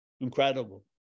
Incredible